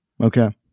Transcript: Okay